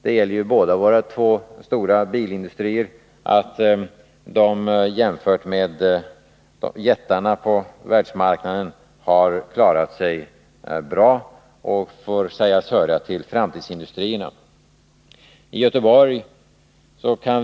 Det gäller båda våra två stora bilindustrier att de jämfört med jättarna på världsmarknaden har klarat sig bra och får sägas höra till framtidsindustrierna.